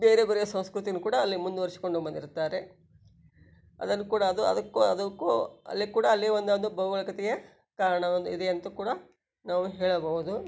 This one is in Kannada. ಬೇರೆಬೇರೆ ಸಂಸ್ಕೃತಿನು ಕೂಡ ಅಲ್ಲಿ ಮುಂದುವರ್ಸಿಕೊಂಡು ಬಂದಿರುತ್ತಾರೆ ಅದನ್ನು ಕೂಡ ಅದು ಅದಕ್ಕೂ ಅದಕ್ಕು ಅಲ್ಲೇ ಕೂಡ ಅಲ್ಲೇ ಒಂದೊಂದು ಭೌಗೋಳಿಕತೆಯ ಕಾರಣವೊಂದು ಇದೆ ಅಂತ ಕೂಡ ನಾವು ಹೇಳಬಹುದು